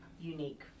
unique